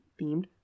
themed